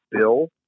Bill